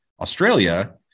Australia